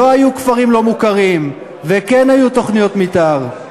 לא היו כפרים לא-מוכרים וכן היו תוכניות מתאר.